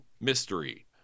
mystery